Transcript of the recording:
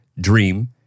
Dream